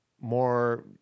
more